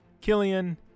Killian